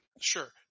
Sure